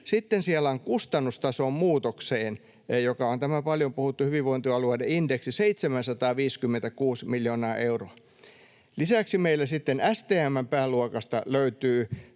Sitten siellä on kustannustason muutokseen, joka on tämä paljon puhuttu hyvinvointialueiden indeksi, 756 miljoonaa euroa. Lisäksi meillä STM:n pääluokasta löytyy